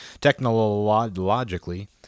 technologically